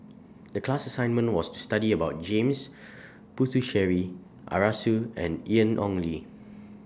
The class assignment was to study about James Puthucheary Arasu and Ian Ong Li